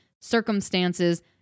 circumstances